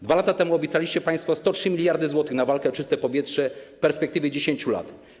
Dwa lata temu obiecaliście państwo 103 mld zł na walkę o czyste powietrze w perspektywie 10 lat.